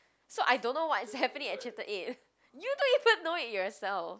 so I don't know what is happening at chapter eight you don't even know it yourself